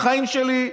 לחיים שלי.